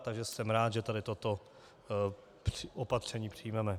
Takže jsem rád, že tady toto opatření přijmeme.